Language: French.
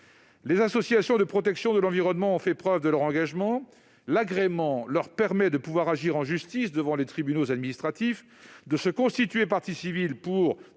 Les associations de protection de l'environnement ont fait preuve de leur engagement. L'agrément leur permet d'agir en justice devant les tribunaux administratifs, de se constituer parties civiles pour